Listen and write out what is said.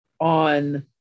on